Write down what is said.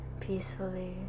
peacefully